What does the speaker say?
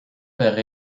père